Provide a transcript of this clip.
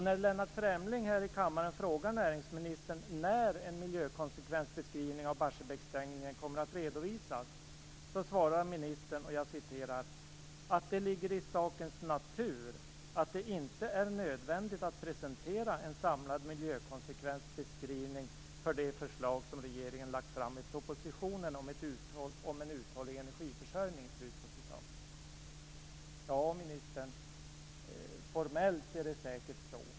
När Lennart Fremling här i kammaren frågar näringsministern när en miljökonsekvensbeskrivning av Barsebäcksstängningen kommer att redovisas, svarar ministern "att det ligger i sakens natur att det inte är nödvändigt att presentera en samlad miljökonsekvensbeskrivning för de förslag som regeringen lagt fram i propositionen om en uthållig energiförsörjning". Ja, ministern, formellt är det säkert så.